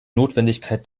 notwendigkeit